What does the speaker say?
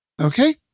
Okay